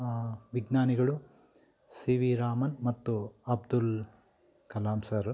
ವಿಜ್ಞಾನಿಗಳು C V Raman ಮತ್ತು Abdul Kalam sir